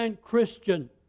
Christian